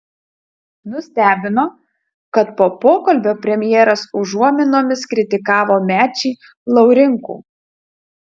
nustebino kad po pokalbio premjeras užuominomis kritikavo mečį laurinkų